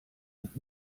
und